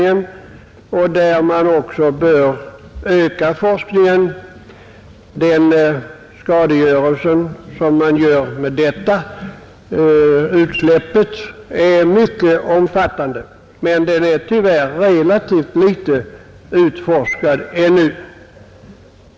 Även på det området bör alltså forskningen ökas. Den skadegörelse som sker genom dessa rökutsläpp är mycket omfattande, men forskningen är tyvärr ännu alltför liten.